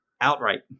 outright